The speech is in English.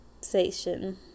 station